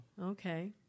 Okay